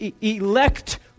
elect